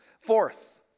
Fourth